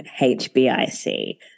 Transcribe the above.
HBIC